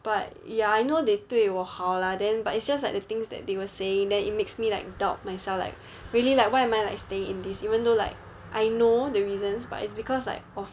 but ya I know they 对我好 lah then but it's just like the things that they were saying then it makes me like doubt myself like really like what am I like staying in this even though like I know the reasons but it's because like of